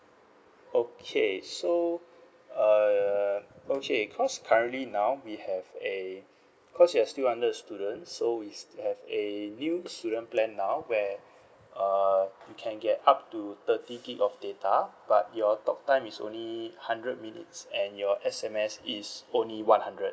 okay so err okay cause currently now we have a cause you're still under a student so we still have a new student plan now where uh can get up to thirty gig of data but your talk time is only hundred minutes and your S_M_S is only one hundred